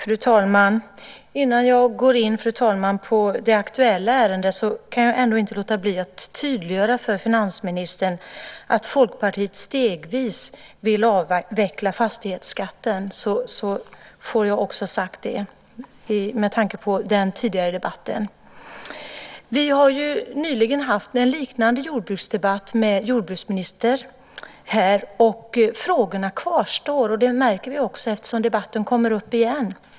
Fru talman! Innan jag går in på det aktuella ärendet kan jag inte låta bli att tydliggöra för finansministern att Folkpartiet stegvis vill avveckla fastighetsskatten. Därmed har jag fått det sagt - detta med tanke på den tidigare debatten här. Vi har nyligen här haft en jordbruksdebatt liknande denna men då med jordbruksministern. Men frågorna kvarstår. Det märks eftersom debatten kommer upp igen.